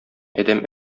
адәм